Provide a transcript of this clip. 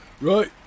Right